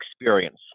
experience